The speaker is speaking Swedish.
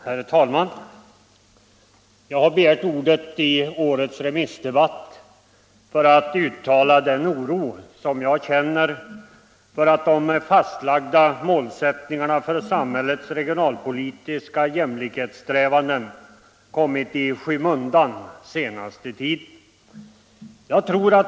Herr talman! Jag har begärt ordet i årets allmänpolitiska debatt för att uttala den oro som jag känner för att de fastlagda målsättningarna för samhällets regionalpolitiska jämlikhetssträvanden kommit i skymundan den senaste tiden.